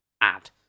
add